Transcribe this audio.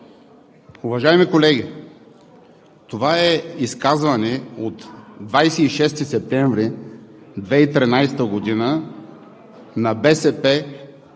Уважаеми колеги, това е изказване от 26 септември 2013 г. на БСП, когато